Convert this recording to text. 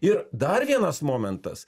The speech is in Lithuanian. ir dar vienas momentas